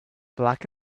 black